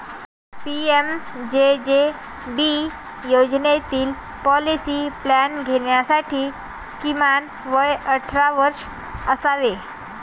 PMJJB योजनेतील policy plan घेण्यासाठी किमान वय अठरा वर्षे असावे